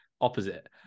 opposite